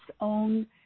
own